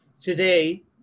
Today